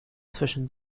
zwischen